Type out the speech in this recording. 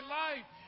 life